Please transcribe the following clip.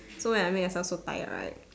so when I make myself so tired right